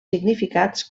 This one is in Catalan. significats